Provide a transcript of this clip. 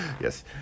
yes